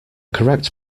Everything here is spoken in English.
correct